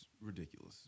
ridiculous